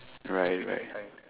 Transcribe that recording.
right right